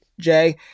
Jay